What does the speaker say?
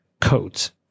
Codes